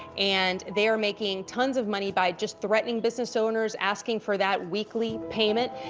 and they are making tons of money by just threatening business owners, asking for that weekly payment.